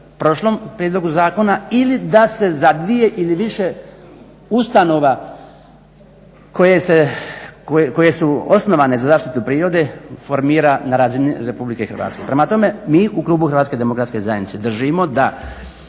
prošlom prijedlogu zakona ili da se za dvije ili više ustanova koje se, koje su osnovane za zaštitu prirode formira na razini RH. Prema tome, mi u klubu HDZ držimo da